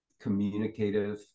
communicative